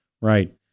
Right